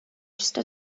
ёстой